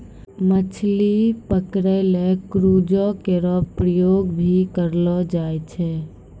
मछली पकरै ल क्रूजो केरो प्रयोग भी करलो जाय छै